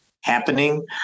happening